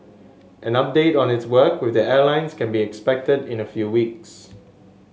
an update on its work with the airlines can be expected in a few weeks